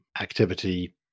Activity